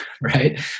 right